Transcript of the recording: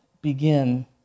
begin